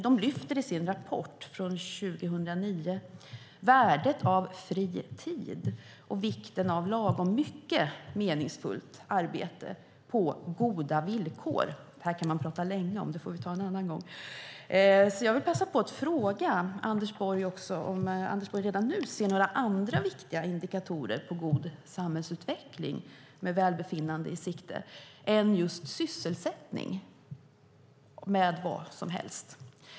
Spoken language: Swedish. De lyfter i sin rapport från 2009 fram värdet av fri tid och vikten av lagom mycket meningsfullt arbete på goda villkor. Detta kan man prata länge om; det får vi ta en annan gång. Jag vill passa på att fråga Anders Borg om han redan nu ser några andra viktiga indikatorer på god samhällsutveckling med välbefinnande i sikte än just sysselsättning med vad som helst.